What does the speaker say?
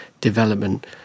development